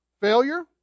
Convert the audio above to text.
Failure